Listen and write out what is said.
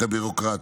את הביורוקרטיה.